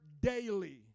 daily